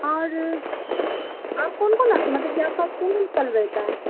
اور آپ کون کونا مطلب کہ آپ پاس کون کون فل رہتا ہے